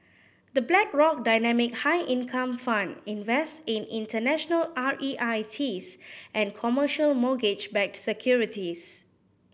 the Black rock Dynamic High Income Fund invests in international R E I Ts and commercial mortgage backed securities